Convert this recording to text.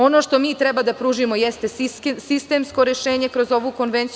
Ono što mi treba da pružimo jeste sistemsko rešenje kroz ovu konvenciju.